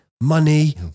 money